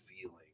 feeling